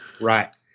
right